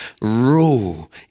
rule